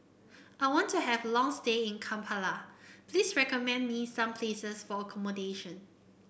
I want to have a long stay in Kampala please recommend me some places for accommodation